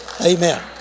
Amen